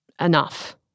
enough